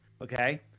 okay